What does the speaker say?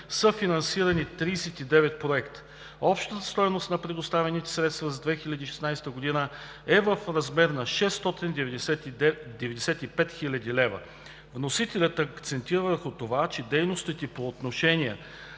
са финансирани 39 проекта. Общата стойност на предоставените средства за 2016 г. са в размер на 695 хил. лв. Вносителят акцентира върху това, че дейностите по отношение